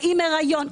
האם היריון,